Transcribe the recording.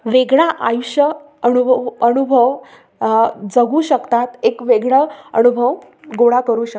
वेगळा आयुष्य अनुभ अनुभव जगू शकतात एक वेगळं अनुभव गोळा करू शकतो